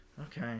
okay